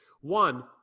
One